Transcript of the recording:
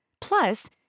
Plus